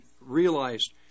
realized